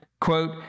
quote